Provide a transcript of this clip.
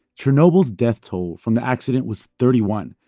chernobyl's death toll from the accident was thirty one,